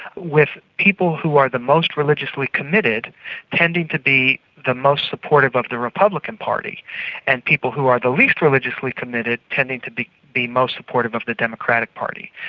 with people who are the most religiously committed tending to be the most supportive of the republican party and people who are the least religiously committed tending to be be most supportive of the democratic party.